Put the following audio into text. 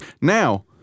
now